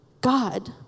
God